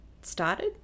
started